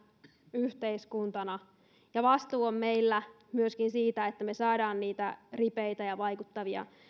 yhteiskuntana ja vastuu on meillä myöskin siitä että me saamme niitä ripeitä ja vaikuttavia